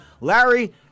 Larry